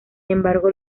embargo